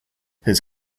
his